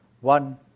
one